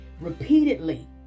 repeatedly